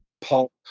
pop